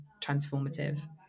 transformative